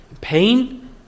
pain